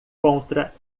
contra